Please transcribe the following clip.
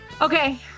Okay